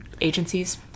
agencies